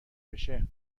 بشه